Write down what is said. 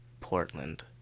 Portland